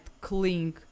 cling